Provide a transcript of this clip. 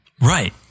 Right